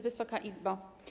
Wysoka Izbo!